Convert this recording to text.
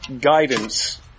guidance